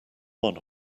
one